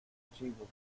chivo